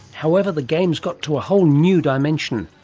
however, the game has got to a whole new dimension.